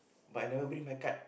but I never bring my card